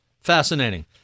fascinating